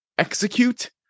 Execute